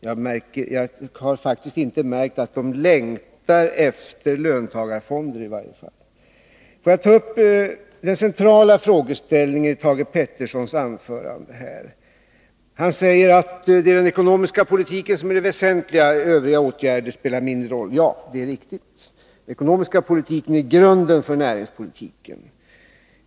Jag Åtgärder för de har faktiskt inte märkt att de längtar efter löntagarfonder i varje fall. Låt mig ta upp den centrala frågeställningen i Thage Petersons anförande. Han säger att den ekonomiska politiken är det väsentliga, övriga åtgärder spelar mindre roll. Ja, det är riktigt. Den ekonomiska politiken är grunden för näringspolitiken.